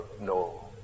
no